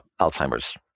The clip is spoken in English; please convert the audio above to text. Alzheimer's